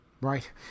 Right